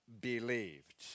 believed